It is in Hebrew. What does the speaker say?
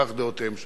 כך דעותיהם שונות.